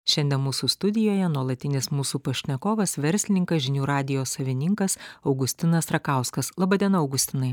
šiandien mūsų studijoje nuolatinis mūsų pašnekovas verslininkas žinių radijo savininkas augustinas rakauskas laba diena augustinai